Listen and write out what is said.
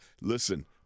Listen